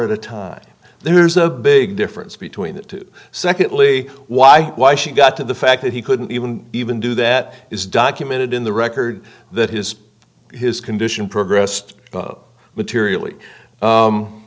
at a time there's a big difference between the secondly why why she got to the fact that he couldn't even even do that is documented in the record that his his condition progressed materially